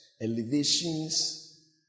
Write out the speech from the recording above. elevations